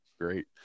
great